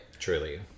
Truly